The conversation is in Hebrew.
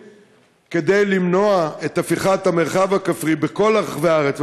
כדי למנוע את הפיכת המרחב הכפרי בכל רחבי הארץ,